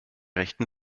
rechten